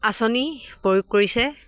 আঁচনি প্ৰয়োগ কৰিছে